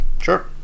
sure